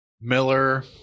Miller